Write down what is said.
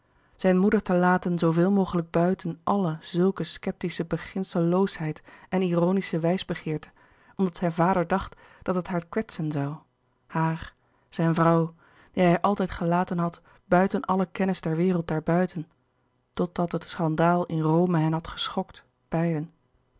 zijne moeder te laten zooveel mogelijk buiten alle zulke sceptische beginselloosheid en ironische wijsbegeerte louis couperus de boeken der kleine zielen omdat zijn vader dacht dat het haar kwetsen zoû haar zijne vrouw die hij altijd gelaten had buiten alle kennis der wereld daar buiten totdat het schandaal in rome hen had geschokt beiden